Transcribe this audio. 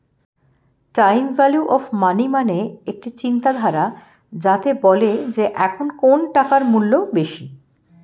time value of money মানে একটা চিন্তাধারা যাতে বলে যে এখন কোন টাকার মূল্য বেশি